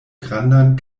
grandan